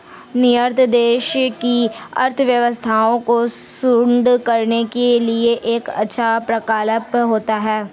निर्यात देश की अर्थव्यवस्था को सुदृढ़ करने के लिए एक अच्छा प्रकल्प होता है